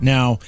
Now